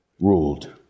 ruled